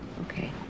Okay